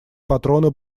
патроны